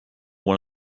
one